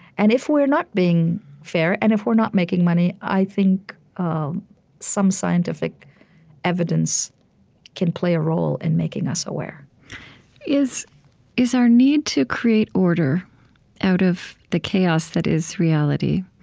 and if we're not being fair, and if we're not making money, i think some scientific evidence can play a role in making us aware is is our need to create order out of the chaos that is reality